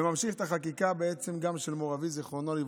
וממשיך גם את החקיקה של מור אבי ז"ל,